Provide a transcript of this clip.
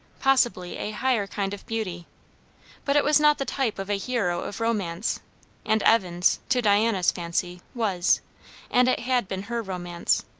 possibly a higher kind of beauty but it was not the type of a hero of romance and evan's, to diana's fancy, was and it had been her romance.